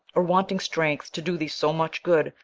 or, wanting strength to do thee so much good,